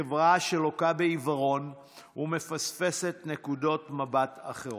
חברה שלוקה בעיוורון ומפספסת נקודות מבט אחרות.